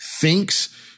thinks